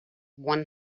one